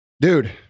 dude